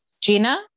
Gina